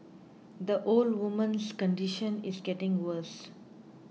the old woman's condition is getting worse